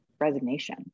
resignation